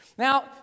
Now